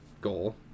goal